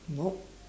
nope